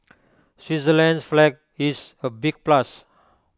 Switzerland's flag is A big plus